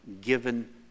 given